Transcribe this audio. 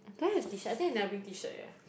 do I have t-shirt I think I never bring t-shirt eh